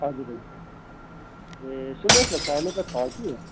हजुर हजुर ए सुन्नुहोस् न छन त छ कि